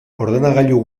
ordenagailu